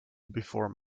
before